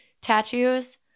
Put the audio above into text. tattoos